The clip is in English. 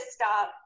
stop